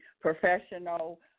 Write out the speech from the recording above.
professional